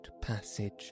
passage